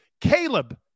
Caleb